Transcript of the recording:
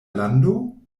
lando